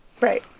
Right